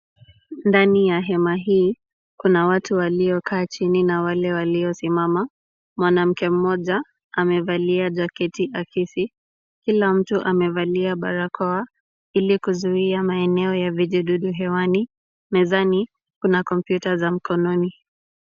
Ndani ya hema hii kuna watu waliokaa chini na wale waliosimama. Mwanamke mmoja amevalia jaketi akisi. Kila mtu amevalia barakoa ili kuzuia maeneo vijidudu hewani. Mezani, kuna kompyuta za mkononi.